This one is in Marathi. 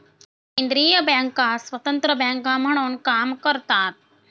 केंद्रीय बँका स्वतंत्र बँका म्हणून काम करतात